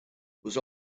was